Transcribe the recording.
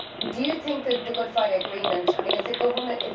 do you think that the good friday agreement, i mean, is the government,